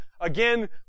Again